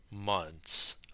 months